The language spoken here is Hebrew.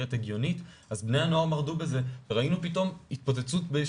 יסתכלו עלינו כעל יצור בר דעת שצריך להתחשב בו,